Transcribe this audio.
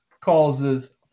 causes